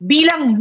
Bilang